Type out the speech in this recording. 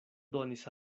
donis